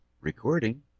Recording